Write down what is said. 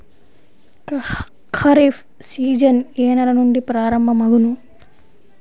Kharif season ఏ నెల నుండి ప్రారంభం అగును?